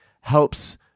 helps